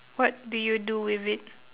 what do you do with it